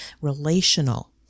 relational